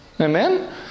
Amen